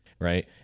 Right